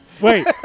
Wait